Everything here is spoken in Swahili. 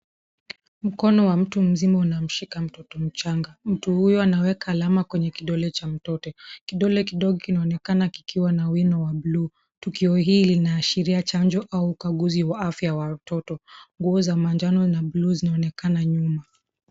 Mkono wa.mtu mzima unamshika mtoto mchanga. Mtu huyu anaweka alama kwenye kidole cha mtoto. Kidole kidogo kinaonekana kikiwa na wino wa buluu. Tukio hili linaashiria chanjo au ukaguzi wa afya wa mtoto. Nguo za manjano na buluu zinaonekana nyuma.